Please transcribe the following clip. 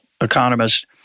economist